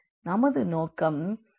நமது நோக்கம் இந்த 0 வை பொருத்துவது ஆகும்